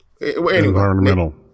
Environmental